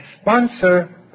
sponsor